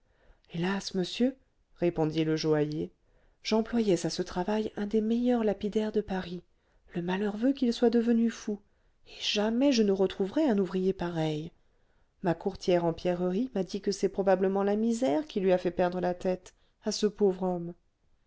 hélas monsieur répondit le joaillier j'employais à ce travail un des meilleurs lapidaires de paris le malheur veut qu'il soit devenu fou et jamais je ne retrouverai un ouvrier pareil ma courtière en pierreries m'a dit que c'est probablement la misère qui lui a fait perdre la tête à ce pauvre homme